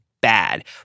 bad